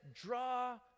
draw